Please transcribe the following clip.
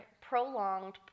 prolonged